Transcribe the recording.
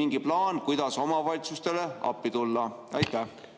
mingi plaan, kuidas omavalitsustele appi tulla? Suur